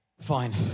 fine